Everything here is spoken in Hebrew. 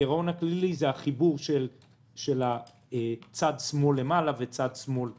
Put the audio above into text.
הגירעון הכללי זה החיבור של צד שמאל למעלה וצד שמאל למטה.